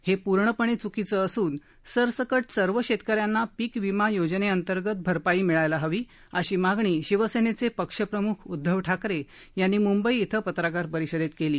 हे पूर्णपणे च्कीचे असून सरसकट सर्व शेतकऱ्यांना पीक विमा योजनेअंतर्गत भरपाई मिळायाला हवी अशी मागणी शिवसेनेचे पक्षप्रमुख उद्धव ठाकरे यांनी म्ंबई इथं पत्रकार परिषदेत केली